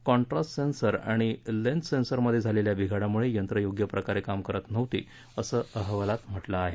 contrast sensor आणि length सेंसरमध्ये झालेल्या बिघाडामुळे यंत्र योग्यप्रकारे काम करत नव्हती असं अहवालात म्हटलं आहे